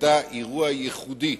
היתה אירוע ייחודי,